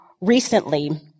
recently